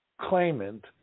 claimant